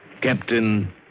Captain